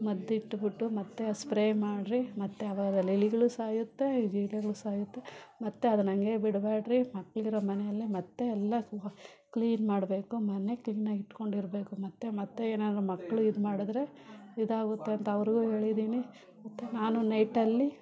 ಮದ್ದಿಟ್ಬಿಟ್ಟು ಮತ್ತು ಆ ಸ್ಪ್ರೇ ಮಾಡಿರಿ ಮತ್ತು ಆವಾಗ ಇಲಿಗಳು ಸಾಯುತ್ತೆ ಇಲಿಗಳು ಸಾಯುತ್ತೆ ಮತ್ತು ಅದನ್ನು ಹಂಗೆ ಬಿಡಬೇಡ್ರಿ ಮಕ್ಕಳಿರೋ ಮನೆಯಲ್ಲಿ ಮತ್ತು ಎಲ್ಲ ಕ್ಲೀನ್ ಮಾಡಬೇಕು ಮನೆ ಕ್ಲೀನಾಗಿಟ್ಕೊಂಡಿರಬೇಕು ಮತ್ತು ಮತ್ತು ಏನಾರಾ ಮಕ್ಕಳು ಇದ್ಮಾಡಿದ್ರೆ ಇದಾಗುತ್ತೆ ಅಂತ ಅವರಿಗೂ ಹೇಳಿದೀನಿ ಮತ್ತು ನಾನು ನೈಟಲ್ಲಿ